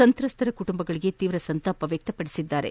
ಸಂತ್ರಸ್ತ ಕುಟುಂಬಕ್ಕೆ ತೀವ್ರ ಸಂತಾಪ ವ್ಯಕ್ತಪಡಿಸಿದ್ದಾರೆ